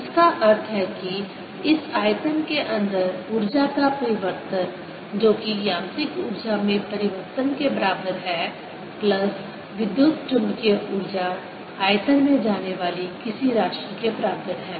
इसका अर्थ है कि इस आयतन के अंदर ऊर्जा का परिवर्तन जो कि यांत्रिक ऊर्जा में परिवर्तन के बराबर है प्लस विद्युत चुम्बकीय ऊर्जा आयतन में जाने वाली किसी राशि के बराबर है